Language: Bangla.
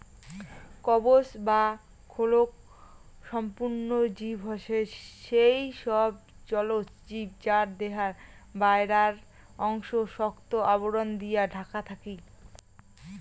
কবচ বা খোলক সম্পন্ন জীব হসে সেই সব জলজ জীব যার দেহার বায়রার অংশ শক্ত আবরণ দিয়া ঢাকা থাকি